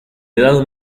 edad